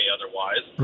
Otherwise